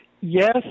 Yes